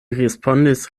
respondis